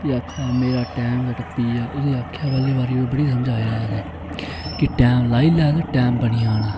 भी आक्खा दा मेरा टैम गै टप्पिया उस्सी आखेआ पैह्ली बारी ओह् बी समझाया हा असें कि टैम लाई लै ते टैम बनी जाना